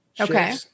Okay